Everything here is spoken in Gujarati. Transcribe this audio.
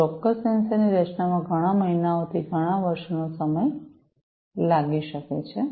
કોઈ ચોક્કસ સેન્સર ની રચનામાં ઘણા મહિનાઓથી ઘણા વર્ષોનો સમય લાગી શકે છે